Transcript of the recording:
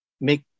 make